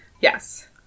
Yes